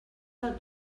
del